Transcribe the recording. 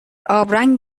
آبرنگ